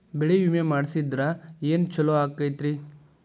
ಬೆಳಿ ವಿಮೆ ಮಾಡಿಸಿದ್ರ ಏನ್ ಛಲೋ ಆಕತ್ರಿ?